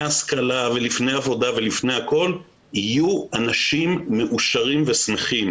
השכלה ולפני עבודה ולפני הכול יהיו אנשים מאושרים ושמחים,